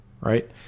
right